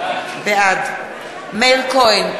בעד מאיר כהן,